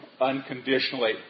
unconditionally